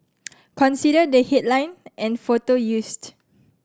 consider the headline and photo used